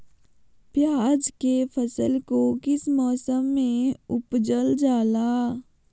प्याज के फसल को किस मौसम में उपजल जाला?